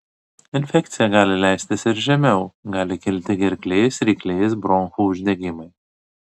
infekcija gali leistis ir žemiau gali kilti gerklės ryklės bronchų uždegimai